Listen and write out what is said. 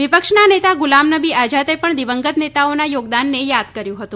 વિપક્ષના નેતા ગુલામનબી આઝાદે નબી આઝાદે પણ દિવંગત નેતાઓના યોગદાનને યાદ કર્યું હતું